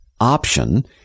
option